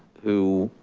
who